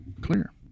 clear